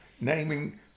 naming